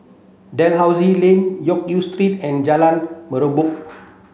Dalhousie Lane Loke Yew Sleep and Jalan Mempurong